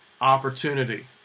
opportunity